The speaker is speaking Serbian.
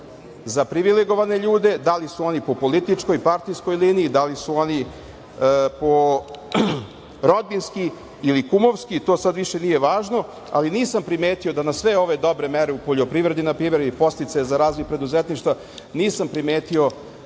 za privilegovane ljude, da li su oni po političkoj partijskoj liniji, da li su oni po rodbinski ili kumovski, to sad više nije važno, ali nisam primetio da na sve ove dobre mere u poljoprivredi, na primer, podsticaj za razvoj preduzetništva, nisam primetio